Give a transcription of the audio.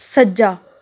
ਸੱਜਾ